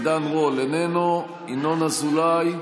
עידן רול, איננו, ינון אזולאי,